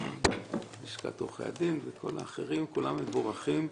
נציגי לשכת עורכי הדין כולם מבורכים.